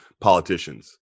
politicians